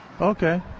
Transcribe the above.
Okay